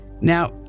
Now